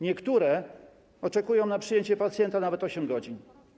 Niektóre oczekują na przyjęcie pacjenta nawet 8 godzin.